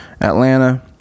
Atlanta